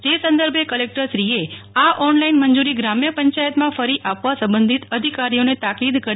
જે સંદર્ભે કલેકટરશ્રીએ આ ઓનલાઇન મંજુરી ગ્રામ પંચાયતમાં કરી આપવા સબંધિત અધિકારીઓને તાકિદ કરી હતી